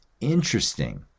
Interesting